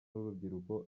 n’urubyiruko